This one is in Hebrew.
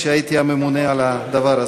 כשהייתי ממונה על הדבר הזה.